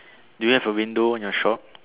do you have a window on your shop